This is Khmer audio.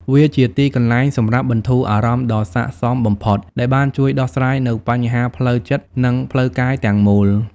វាជាទីកន្លែងសម្រាប់បន្ធូរអារម្មណ៍ដ៏ស័ក្តិសមបំផុត ដែលបានជួយដោះស្រាយនូវបញ្ហាផ្លូវចិត្ត និងផ្លូវកាយទាំងមូល។